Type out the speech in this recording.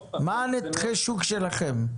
מה נתח השוק שלכם.